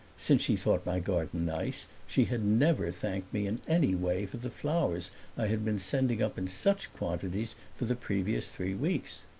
since she thought my garden nice, she had never thanked me in any way for the flowers i had been sending up in such quantities for the previous three weeks.